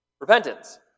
repentance